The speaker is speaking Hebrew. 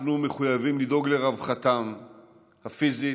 אנחנו מחויבים לדאוג לרווחתם הפיזית,